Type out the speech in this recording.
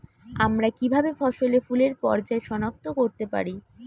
আমরা কিভাবে ফসলে ফুলের পর্যায় সনাক্ত করতে পারি?